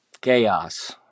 chaos